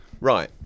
Right